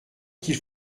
qu’il